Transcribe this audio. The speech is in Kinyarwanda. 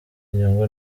inyungu